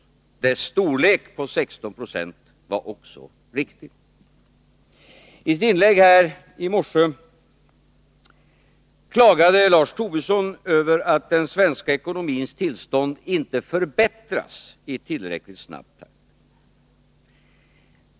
Dess storlek på 16 96 var också riktig.” I sitt anförande i morse klagade Lars Tobisson över att den svenska ekonomins tillstånd inte förbättras i tillräckligt snabb takt.